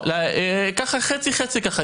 ככה חצי-חצי ככה.